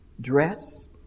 dress